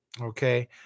Okay